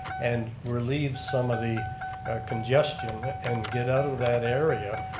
and relieve some of the congestion and get out of that area,